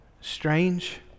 strange